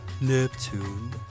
Neptune